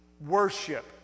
worship